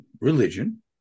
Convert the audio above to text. religion